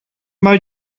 mal